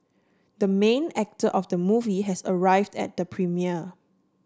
the main actor of the movie has arrived at the premiere